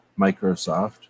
Microsoft